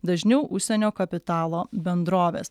dažniau užsienio kapitalo bendrovės